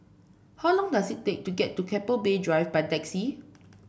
how long does it take to get to Keppel Bay Drive by taxi